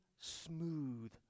smooth